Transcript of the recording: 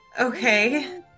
Okay